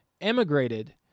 emigrated